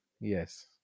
Yes